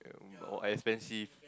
all expensive